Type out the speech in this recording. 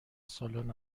سالن